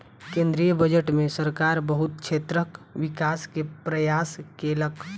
केंद्रीय बजट में सरकार बहुत क्षेत्रक विकास के प्रयास केलक